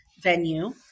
venue